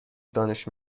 دانش